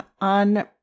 on